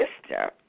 sister